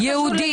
יהודי.